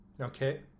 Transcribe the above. okay